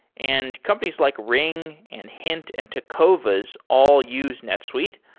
and companies like ring, and hint and tecovas all use netsuite.